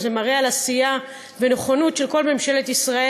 זה גם מראה על עשייה ונכונות של כל ממשלת ישראל